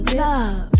love